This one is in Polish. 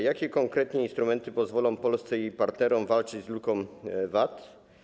Jakie konkretnie instrumenty pozwolą Polsce i jej partnerom walczyć z luką VAT?